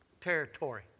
territory